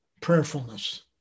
prayerfulness